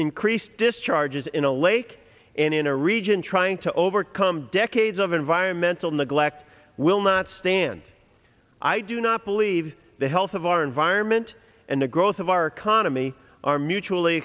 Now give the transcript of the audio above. increase discharges in a lake and in a region trying to overcome decades of environmental neglect will not stand i do not believe the health of our environment and the growth of our economy are mutually